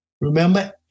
remember